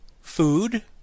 Food